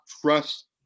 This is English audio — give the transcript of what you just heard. trust